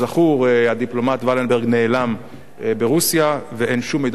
הדיפלומט ולנברג נעלם ברוסיה ואין שום מידע חדש,